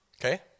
Okay